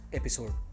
episode